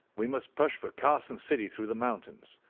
we must push for carson city through the mountains.